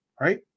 right